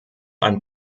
ein